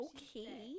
Okay